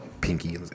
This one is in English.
pinky